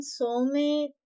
soulmate